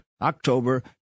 October